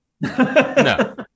no